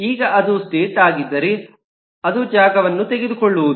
ಈಗ ಅದು ಸ್ಟೇಟ್ ಆಗಿದ್ದರೆ ಅದು ಜಾಗವನ್ನು ತೆಗೆದುಕೊಳ್ಳುವುದು